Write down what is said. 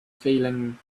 feeling